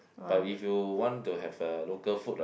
but if you want to have a local food right